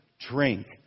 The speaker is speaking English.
drink